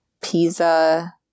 Pisa